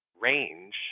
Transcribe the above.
range